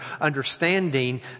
understanding